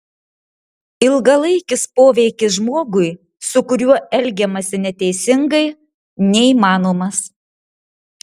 ilgalaikis poveikis žmogui su kuriuo elgiamasi neteisingai neįmanomas